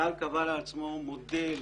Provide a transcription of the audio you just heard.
צה"ל קבע לעצמו מודל